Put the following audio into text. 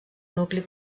nucli